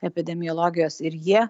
epidemiologijos ir jie